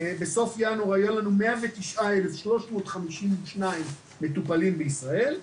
בסוף ינואר 2022 היו לנו כ-109,352 מטופלים בישראל,